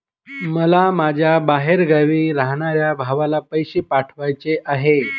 मला माझ्या बाहेरगावी राहणाऱ्या भावाला पैसे पाठवायचे आहे